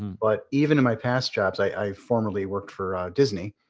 but even in my past jobs, i formerly worked for disney.